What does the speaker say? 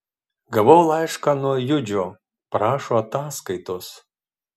gavau laišką nuo judžio prašo ataskaitos